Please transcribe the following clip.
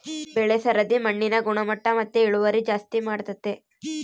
ಬೆಳೆ ಸರದಿ ಮಣ್ಣಿನ ಗುಣಮಟ್ಟ ಮತ್ತೆ ಇಳುವರಿ ಜಾಸ್ತಿ ಮಾಡ್ತತೆ